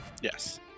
Yes